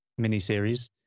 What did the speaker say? miniseries